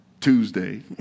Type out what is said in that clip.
Tuesday